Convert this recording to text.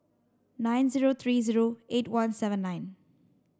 nine zero three zero eight one seven nine